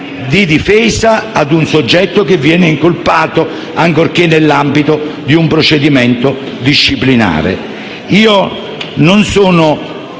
di difesa ad un soggetto che viene incolpato, ancorché nell'ambito di un procedimento disciplinare.